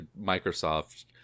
Microsoft